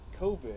COVID